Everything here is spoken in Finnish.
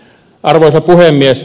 arvoisa puhemies